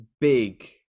big